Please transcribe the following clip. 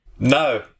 No